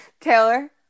Taylor